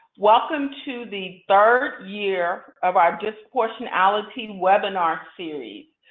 welcome to the third year of our disproportionality webinar series.